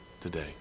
today